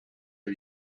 are